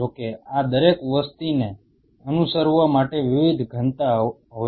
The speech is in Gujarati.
જો કે આ દરેક વસ્તીને અનુસરવા માટે વિવિધ ઘનતા હોય